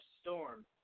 Storm